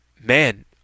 Man